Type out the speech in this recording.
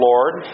Lord